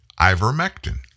ivermectin